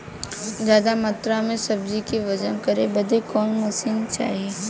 ज्यादा मात्रा के सब्जी के वजन करे बदे कवन मशीन चाही?